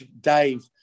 Dave